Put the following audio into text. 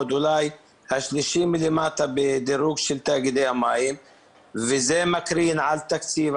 אולי השלישי מלמטה בדירוג של תאגידי המים וזה מקרין על תקציב,